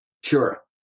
Sure